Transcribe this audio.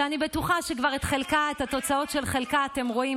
שאני בטוחה שאת התוצאות של חלקה אתם כבר רואים